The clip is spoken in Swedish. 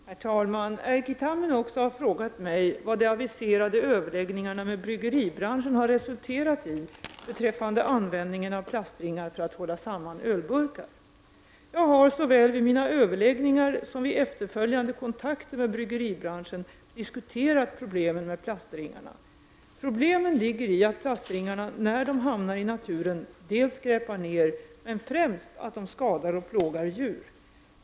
Herr talman! Erkki Tammenoksa har frågat mig vad de aviserade överläggningarna med bryggeribranschen har resulterat i beträffande användningen av plastringar för att hålla samman ölburkar. Jag har såväl vid mina överläggningar som vid efterföljande kontakter med bryggeribranschen diskuterat problemen med plastringarna. Problemen ligger i att plastringarna när de hamnar i naturen skräpar ned men främst i att de skadar och plågar djur.